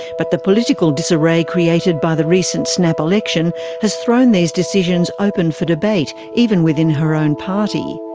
but the political disarray created by the recent snap election has thrown these decisions open for debate, even within her own party.